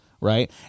right